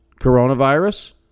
coronavirus